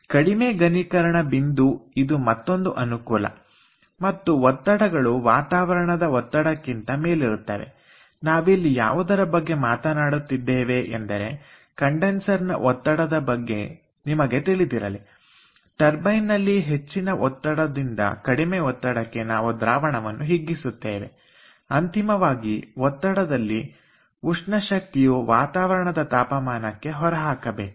ಕಡಿಮೆ ಘನೀಕರಣ ಬಿಂದು ಇದು ಮತ್ತೊಂದು ಅನುಕೂಲ ಮತ್ತು ಒತ್ತಡಗಳು ವಾತಾವರಣದ ಒತ್ತಡಕ್ಕಿಂತ ಮೇಲಿರುತ್ತವೆ ನಾವಿಲ್ಲಿ ಯಾವುದರ ಬಗ್ಗೆ ಮಾತನಾಡುತ್ತಿದ್ದೇವೆ ಎಂದರೆ ಕಂಡೆನ್ಸರ್ ನ ಒತ್ತಡದ ಬಗ್ಗೆ ನಿಮಗೆ ತಿಳಿದಿರಲಿ ಟರ್ಬೈನ್ ನಲ್ಲಿ ಹೆಚ್ಚಿನ ಒತ್ತಡದಿಂದ ಕಡಿಮೆ ಒತ್ತಡಕ್ಕೆ ನಾವು ದ್ರಾವಣವನ್ನು ಹಿಗ್ಗಿಸುತ್ತೇವೆ ಅಂತಿಮವಾಗಿ ಕಂಡೆನ್ಸರ್ ಒತ್ತಡದಲ್ಲಿ ಉಷ್ಣ ಶಕ್ತಿಯನ್ನು ವಾತಾವರಣದ ತಾಪಮಾನಕ್ಕೆ ಹೊರಹಾಕಬೇಕು